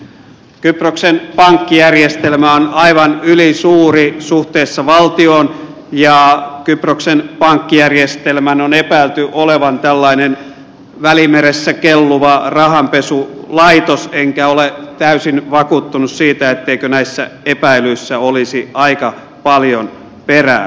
kyproksen pankkijärjestelmä on aivan ylisuuri suhteessa valtioon ja kyproksen pankkijärjestelmän on epäilty olevan tällainen välimeressä kelluva rahapesunlaitos enkä ole täysin vakuuttunut siitä etteikö näissä epäilyissä olisi aika paljon perää